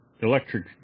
electric